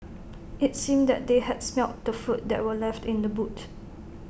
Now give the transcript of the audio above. IT seemed that they had smelt the food that were left in the boot